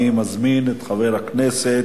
אני מזמין את חבר הכנסת